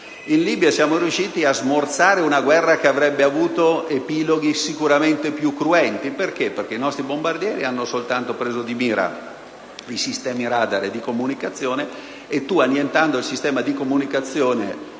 in Libia. Lì siamo riusciti a smorzare una guerra che avrebbe avuto epiloghi sicuramente più cruenti, perché i nostri bombardieri hanno preso di mira e annientato soltanto i sistemi radar e di comunicazione. E, annientando i sistemi di comunicazione